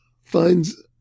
finds